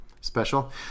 special